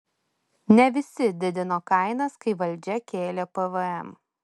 ne visi didino kainas kai valdžia kėlė pvm